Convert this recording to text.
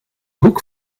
hoek